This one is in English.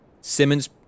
Simmons